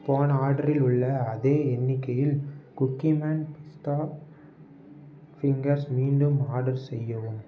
போன ஆர்டரில் உள்ள அதே எண்ணிக்கையில் குக்கீமேன் பிஸ்தா ஃபிங்கர்ஸ் மீண்டும் ஆர்டர் செய்யவும்